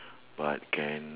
but can